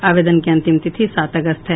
आवेदन की अंतिम तिथि सात अगस्त है